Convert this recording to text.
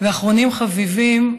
ואחרונים חביבים,